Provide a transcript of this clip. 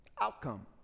Outcome